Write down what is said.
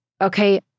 okay